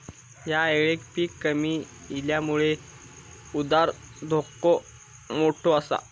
ह्या येळेक पीक कमी इल्यामुळे उधार धोका मोठो आसा